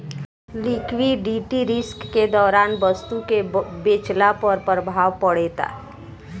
liquidity risk के दौरान वस्तु के बेचला पर प्रभाव पड़ेता